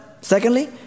secondly